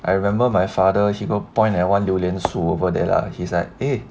I remember my father he got point at 榴莲树 over there lah he's like eh